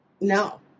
no